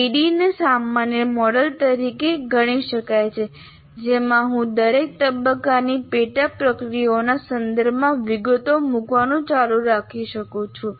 ADDIE ને સામાન્ય model તરીકે ગણી શકાય જેમાં હું દરેક તબક્કાની પેટા પ્રક્રિયાઓના સંદર્ભમાં વિગતો મૂકવાનું ચાલુ રાખી શકું છું